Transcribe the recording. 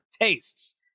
tastes